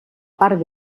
part